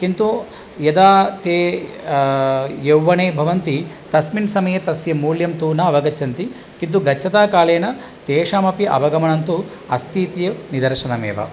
किन्तु यदा ते यौवने भवन्ति तस्मिन् समये तस्य मूल्यं तु न अवगच्छन्ति किन्तु गच्छता कालेन तेषामपि अवगमनं तु अस्ति इत्येव निदर्शनमेव